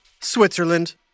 Switzerland